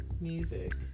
music